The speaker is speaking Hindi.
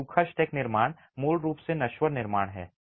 तो सूखा स्टैक निर्माण मूल रूप से नश्वर निर्माण है